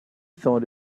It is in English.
thought